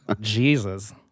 Jesus